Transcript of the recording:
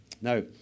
Now